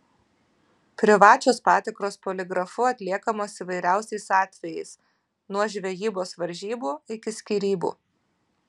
privačios patikros poligrafu atliekamos įvairiausiais atvejais nuo žvejybos varžybų iki skyrybų